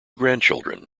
grandchildren